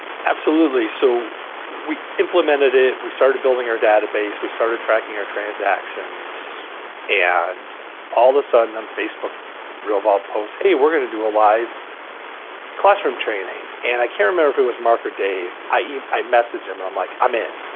absolutely. so we implemented it, we started building our database, we started tracking our transactions and all the sudden on a facebook realvolve post hey, we're gonna do a live classroom training. and i can't remember if it was mark or dave, i i messaged him and i'm like i'm in